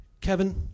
Kevin